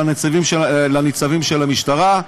לניצבים של המשטרה,